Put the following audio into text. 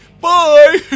Bye